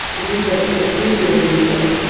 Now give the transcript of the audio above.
the reflex gets weaker and weaker,